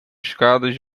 escadas